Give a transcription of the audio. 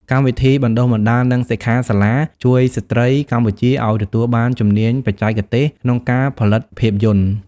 កម្មវិធីបណ្តុះបណ្តាល និងសិក្ខាសាលាជួយស្ត្រីកម្ពុជាឱ្យទទួលបានជំនាញបច្ចេកទេសក្នុងការផលិតភាពយន្ត។